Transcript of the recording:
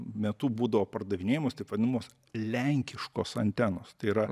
metu būdavo pardavinėjamos taip vadinamos lenkiškos antenos tai yra